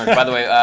by the way,